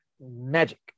magic